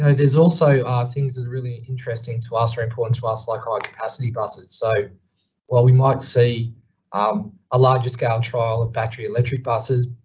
and there's also ah things that are really interesting to us or important to us like high capacity buses. so while we might see um a larger scale trial of battery electric buses,